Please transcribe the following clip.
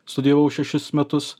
studijavau šešis metus